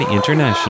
International